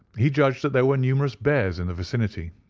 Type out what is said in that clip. he judged that there were numerous bears in the vicinity.